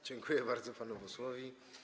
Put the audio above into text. Dziękuję bardzo panu posłowi.